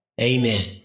Amen